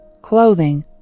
clothing